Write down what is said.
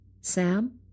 Sam